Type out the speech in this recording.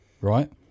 right